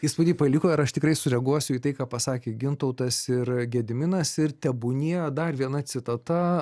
įspūdį paliko ir aš tikrai sureaguosiu į tai ką pasakė gintautas ir gediminas ir tebunie dar viena citata